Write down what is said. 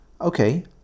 Okay